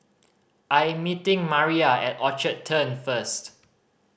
I am meeting Maira at Orchard Turn first